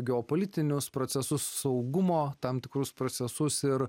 geopolitinius procesus saugumo tam tikrus procesus ir